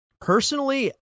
personally